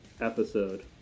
episode